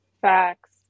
Facts